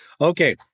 Okay